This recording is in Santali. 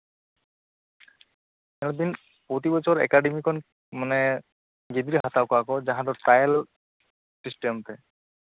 ᱧᱮᱞᱵᱤᱱ ᱯᱨᱚᱛᱤ ᱵᱚᱪᱷᱚᱨ ᱮᱠᱟᱰᱮᱢᱤ ᱠᱷᱚᱱ ᱜᱤᱫᱽᱨᱟᱹ ᱦᱟᱛᱟᱣ ᱠᱚᱣᱟ ᱠᱚ ᱡᱟᱸᱦᱟ ᱫᱚ ᱴᱨᱟᱭᱮᱞ ᱥᱤᱥᱴᱮᱢᱛᱮ